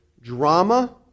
drama